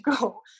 go